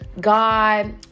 god